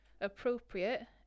appropriate